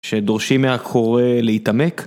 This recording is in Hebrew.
שדורשים מהקורא להתעמק.